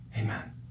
Amen